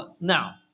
now